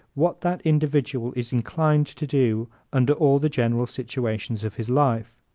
what that individual is inclined to do under all the general situations of his life.